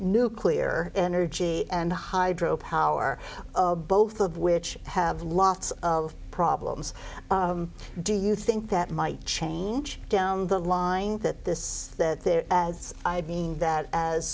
nuclear energy and hydropower both of which have lots of problems do you think that might change down the line that this that they're as i being that as